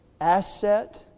asset